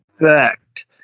effect